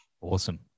Awesome